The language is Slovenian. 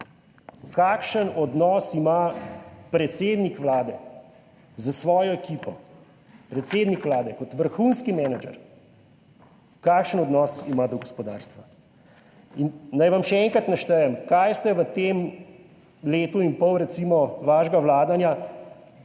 kakšen odnos ima predsednik Vlade s svojo ekipo, predsednik Vlade kot vrhunski menedžer, kakšen odnos ima do gospodarstva in naj vam še enkrat naštejem, kaj ste v tem letu in pol recimo vašega vladanja